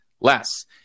less